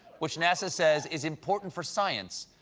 which nasa says is important for science,